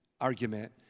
argument